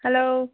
hello